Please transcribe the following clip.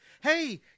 hey